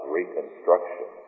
reconstruction